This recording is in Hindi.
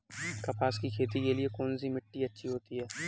कपास की खेती के लिए कौन सी मिट्टी अच्छी होती है?